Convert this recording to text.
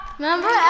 Remember